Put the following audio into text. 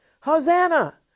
Hosanna